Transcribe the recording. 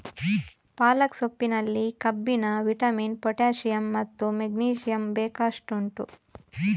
ಪಾಲಕ್ ಸೊಪ್ಪಿನಲ್ಲಿ ಕಬ್ಬಿಣ, vitamin, potassium ಮತ್ತು ಮೆಗ್ನೀಸಿಯಮ್ ಬೇಕಷ್ಟು ಉಂಟು